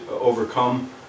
overcome